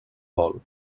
bol